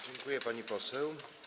Dziękuję, pani poseł.